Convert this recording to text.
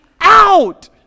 out